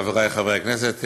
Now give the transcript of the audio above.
חברי חברי הכנסת,